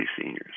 seniors